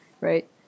right